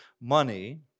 money